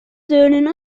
söhnen